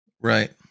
Right